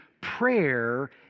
prayer